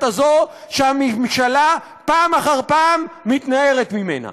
הזו שהממשלה פעם אחר פעם מתנערת ממנה.